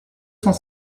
cent